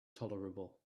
tolerable